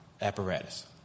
apparatus